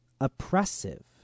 oppressive